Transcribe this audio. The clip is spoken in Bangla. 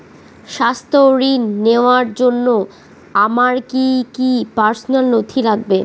স্বাস্থ্য ঋণ নেওয়ার জন্য আমার কি কি পার্সোনাল নথি লাগবে?